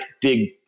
big